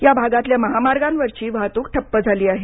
या भागातल्या महामार्गांवरची वाहतूक ठप्प झाली आहे